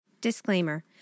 Disclaimer